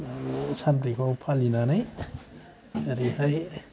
बे सानब्रैखौ फालिनानै ओरैहाय